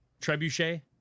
trebuchet